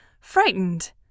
frightened